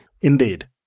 indeed